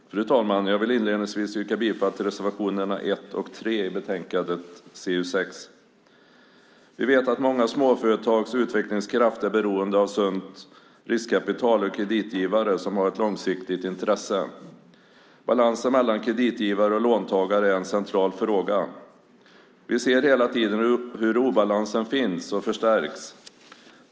Fru talman! Jag vill inledningsvis yrka bifall till reservationerna 1 och 3 i betänkandet CU6. Vi vet att många småföretags utvecklingskraft är beroende av sunt riskkapital och kreditgivare som har ett långsiktigt intresse. Balansen mellan kreditgivare och låntagare är en central fråga. Vi ser hela tiden hur obalansen finns och förstärks.